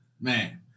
man